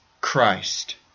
Christ